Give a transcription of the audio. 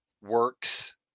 works